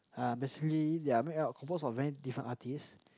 uh basically they are made up composed of many different artists